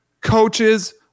Coaches